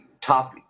top